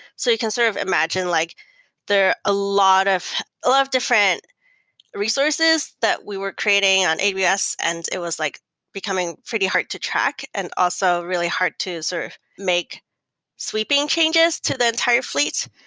so you can sort of imagine like there a lot of of different resources that we were creating on abs and it was like becoming pretty hard to track and also really hard to sort of make sweeping changes to the entire fl eet.